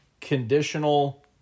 conditional